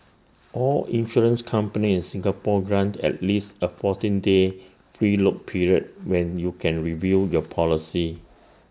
all insurance companies Singapore grant at least A fourteen day free look period where you can review your policy